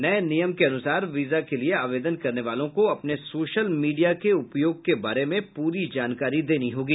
नये नियम के अनुसार वीजा के लिए आवेदन करने वालों को अपने सोशल मीडिया के उपयोग के बारे में पूरी जानकारी देनी होगी